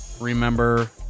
remember